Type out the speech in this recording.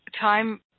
time